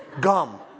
Gum